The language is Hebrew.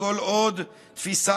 חבר הכנסת עודד פורר,